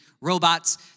robots